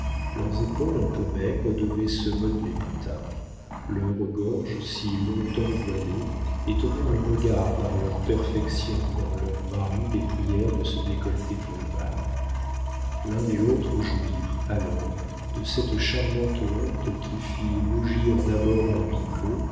leurs épaules un peu maigres devaient se modeler plus tard leurs gorges si long-temps voilées étonnèrent le regard par leurs perfections quand leurs maris les prièrent de se décolleter pour le bal l'un et l'autre jouirent alors de cette charmante honte qui fit rougir d'abord à huis